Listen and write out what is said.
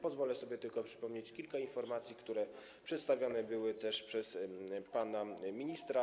Pozwolę sobie tylko przypomnieć kilka informacji, które przedstawione były też przez pana ministra.